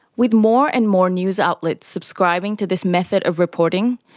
with more and more news outlets subscribing to this method of reporting,